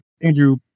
Andrew